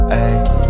ayy